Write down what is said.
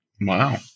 Wow